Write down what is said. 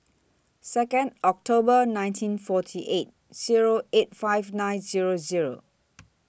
Second October nineteen forty eight Zero eight five nine Zero Zero